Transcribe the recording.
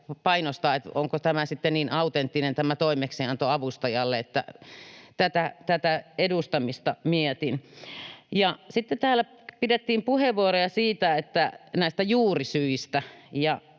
että onko tämä toimeksianto avustajalle sitten niin autenttinen — tätä edustamista mietin. Sitten täällä pidettiin puheenvuoroja näistä juurisyistä.